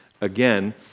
again